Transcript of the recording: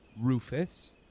Rufus